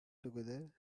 together